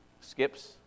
skips